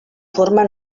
forma